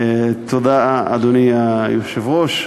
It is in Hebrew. תודה, אדוני היושב-ראש.